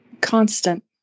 constant